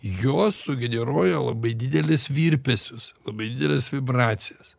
jos sugeneruoja labai didelius virpesius labai dideles vibracijas